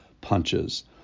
Punches